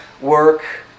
work